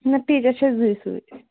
نہَ ٹیٖچر چھِ اَسہِ زٕے سۭتۍ